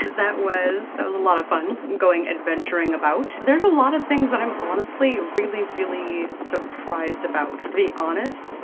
that was that was a lot of fun going adventuring about. there's a lot of things that i'm honestly really, really surprised about. to be honest,